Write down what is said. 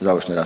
završnoj